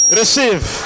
receive